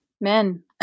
men